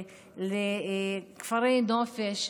לכפרי נופש,